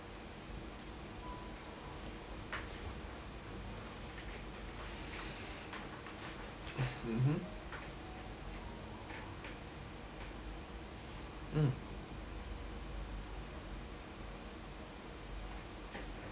mmhmm mm